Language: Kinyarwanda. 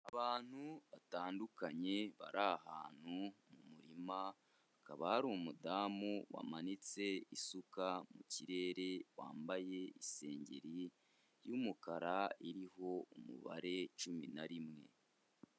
Abantu batandukanye bari ahantu mu murima, hakaba hari umudamu wamanitse isuka mu kirere wambaye isengeri y'umukara iriho umubare cumi na rimwe.